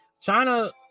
China